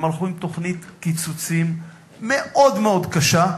הם הלכו עם תוכנית קיצוצים מאוד-מאוד קשה,